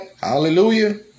Hallelujah